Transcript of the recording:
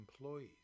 employees